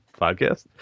podcast